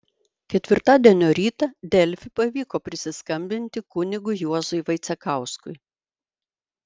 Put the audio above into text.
ketvirtadienio rytą delfi pavyko prisiskambinti kunigui juozui vaicekauskui